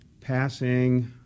passing